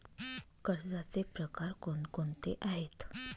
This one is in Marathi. कर्जाचे प्रकार कोणकोणते आहेत?